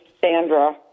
Sandra